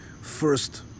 First